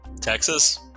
Texas